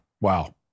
wow